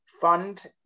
fund